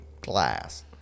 glass